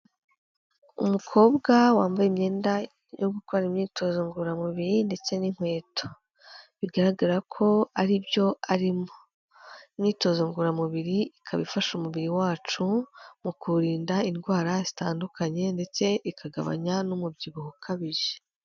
Umukobwa wambaye imyenda yo gukorana imyitozo ngororamubiri ndetse n'inkweto. Bigaragara ko ari byo arimo. Imyitozo ngororamubiri ikaba ifasha umubiri wacu mu kurinda indwara zitandukanye ndetse ikagabanya n'umubyibuho ukabije.